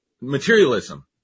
materialism